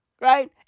Right